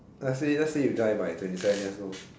let's say let's say you die by twenty seven years old